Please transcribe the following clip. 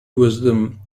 wisdom